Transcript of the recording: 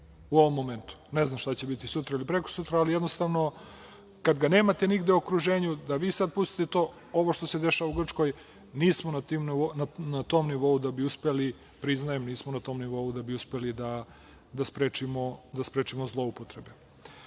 u ovom momentu. Ne znam šta će biti sutra ili prekosutra, ali jednostavno, kada ga nemate nigde u okruženju, da vi sad pustite to, ovo što se dešava u Grčkoj, priznajem, nismo na tom nivou da bi uspeli da sprečimo zloupotrebe.